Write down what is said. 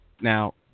Now